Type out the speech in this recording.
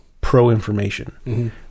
pro-information